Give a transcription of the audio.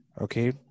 okay